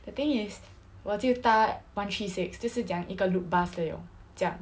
the thing is 我就搭 one three six 就是讲一个 loop bus 的有这样